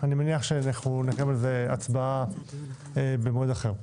אני מניח שאת ההצבעה נקיים במועד אחר.